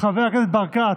חבר הכנסת ברקת,